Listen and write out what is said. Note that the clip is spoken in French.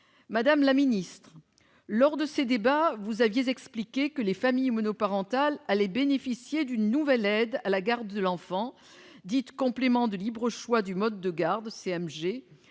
Madame la ministre, lors de ces débats, vous aviez expliqué que les familles monoparentales allaient bénéficier d'une nouvelle aide à la garde de l'enfant, dite « complément de libre choix du mode de garde »,